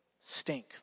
Stink